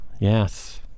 Yes